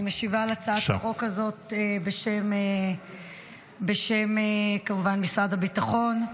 אני משיבה על הצעת החוק הזאת בשם משרד הביטחון כמובן,